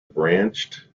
branched